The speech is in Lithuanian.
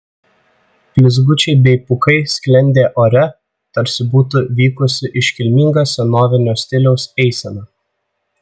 blizgučiai bei pūkai sklendė ore tarsi būtų vykusi iškilminga senovinio stiliaus eisena